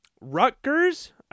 Rutgers